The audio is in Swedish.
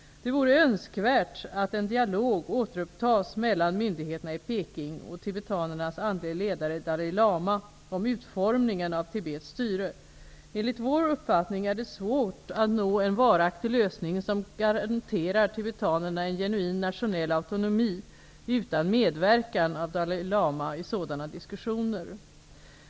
Det är önskvärt att en dialog återupptas mellan myndigheterna i Peking och tibetanernas andlige ledare Dalai Lama om utformningen av Tibets styre. Enligt vår uppfattning är det svårt att nå en varaktig lösning som garanterar tibetanerna en genuin nationell autonomi utan medverkan av Dalai Lama i sådana diskussioner.